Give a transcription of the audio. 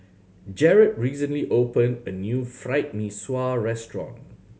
Jerod recently opened a new Fried Mee Sua restaurant